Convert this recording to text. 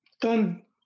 done